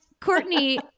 Courtney